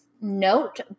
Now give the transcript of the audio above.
note